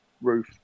roof